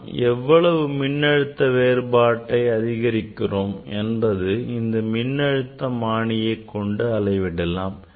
நாம் எவ்வளவு மின்னழுத்த வேறுபாட்டை அளிக்கிறோம் என்பதை இந்த மின்னழுத்தமானியை கொண்டு அளவிடலாம்